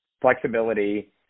flexibility